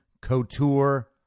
couture